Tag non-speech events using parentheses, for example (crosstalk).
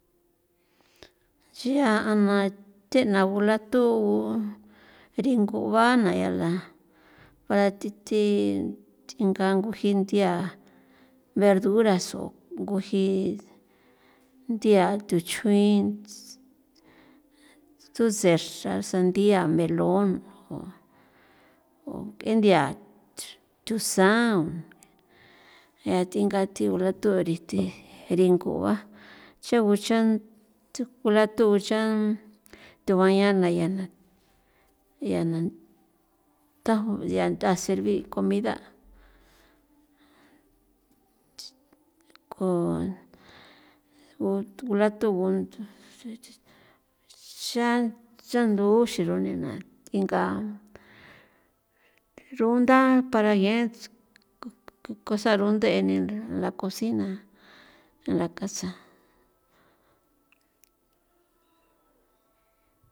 Nchia a na the'na gula thugu ringu bana yala bara thi thi thinga nguji nthia verduras so nguji nthia, tuchjuin tuse xra sandia, melon, ke nthia thusan o ng'e thi gathe ola tue arithi ringua chagu chan thu culatu chan thu baya na yana yana ntha jon ntha servi' comida (noise) (hesitation) ko o thu gulatu (unintelligible) cha chandu guxiro nena inga runda para yens cosa runde'en la cocina en la casa. (noise)